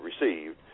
received